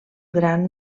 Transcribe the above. gran